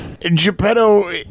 Geppetto